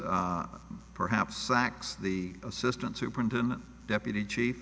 perhaps sacks the assistant superintendent deputy chief